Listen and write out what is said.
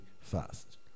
fast